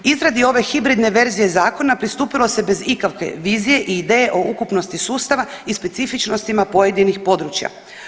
Izradi ove hibridne verzije zakona pristupilo se bez ikakve vizije i ideje o ukupnosti sustava i specifičnostima pojedinih područja.